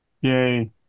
Yay